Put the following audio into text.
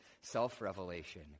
self-revelation